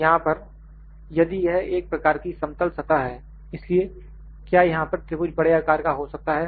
यहां पर यदि यह एक प्रकार की समतल सतह है इसलिए क्या यहां पर त्रिभुज बड़े आकार का हो सकता है